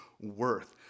worth